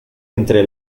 entre